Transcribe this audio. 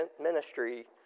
ministry